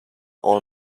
all